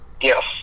Yes